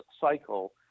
cycle